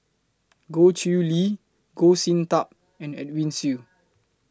Goh Chiew Lye Goh Sin Tub and Edwin Siew